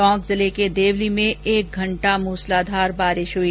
टोंक जिले के देवली में एक घंटा मूसलाधार बारिश हई